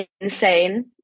insane